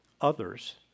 Others